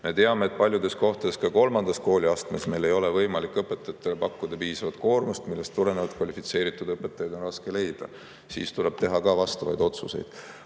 Me teame, et paljudes kohtades ka kolmandas kooliastmes ei ole võimalik õpetajatele pakkuda piisavat koormust, ja sellest tulenevalt on kvalifitseeritud õpetajaid raske leida. Siis tuleb teha ka vajalikud otsused.